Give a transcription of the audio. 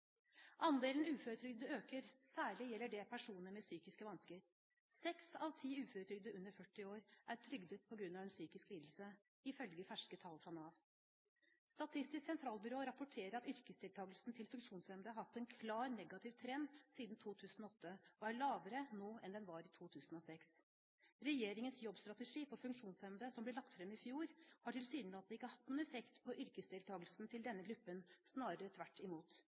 Andelen uføretrygdede øker, særlig gjelder det personer med psykiske vansker. Seks av ti uføretrygdede under 40 år er trygdet på grunn av en psykisk lidelse ifølge ferske tall fra Nav. Statistisk sentralbyrå rapporterer at yrkesdeltagelsen til funksjonshemmede har hatt en klar negativ trend siden 2008, og er lavere nå enn den var i 2006. Regjeringens jobbstrategi for funksjonshemmede, som ble lagt fram i fjor, har tilsynelatende ikke hatt noen effekt på yrkesdeltakelsen til denne gruppen, snarere tvert imot.